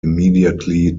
immediately